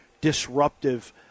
disruptive